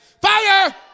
Fire